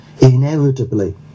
inevitably